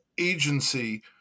agency